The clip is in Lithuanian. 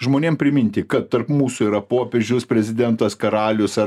žmonėm priminti kad tarp mūsų yra popiežius prezidentas karalius ar